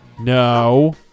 No